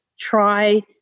try